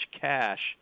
cash